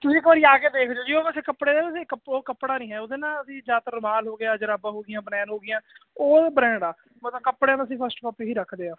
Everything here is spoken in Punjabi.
ਤੁਸੀਂ ਇੱਕ ਵਾਰੀ ਆ ਕੇ ਦੇਖ ਜਾਇਓ ਜੀ ਅਸੀਂ ਕੱਪੜੇ ਉਹ ਕੱਪੜਾ ਨੀ ਹੈ ਉਹਦੇ ਨਾ ਅਸੀਂ ਜਿਆਦਾਤਰ ਰੁਮਾਲ ਹੋ ਗਿਆ ਜਰਾਬਾਂ ਹੋਗੀਆਂ ਬਨੈਨਾਂ ਹੋਗੀਆ ਉਹ ਬ੍ਰੈਂਡ ਆ ਕੱਪੜਿਆਂ ਦਾ ਸੀ ਫਸਟ ਟੋਪ ਹੀ ਰੱਖਦੇ ਆ